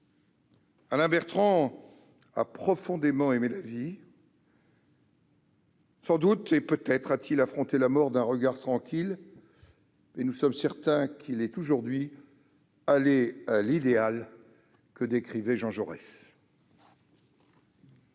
Alain Bertrand a profondément aimé la vie. Sans doute a-t-il affronté la mort d'un regard tranquille ; nous sommes certains qu'il est aujourd'hui allé à l'idéal que décrivait Jean Jaurès.